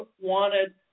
wanted